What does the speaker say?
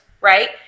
right